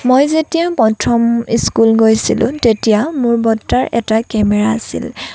মই যেতিয়া প্ৰথম স্কুল গৈছিলোঁ তেতিয়া মোৰ বৰতাৰ এটা কেমেৰা আছিল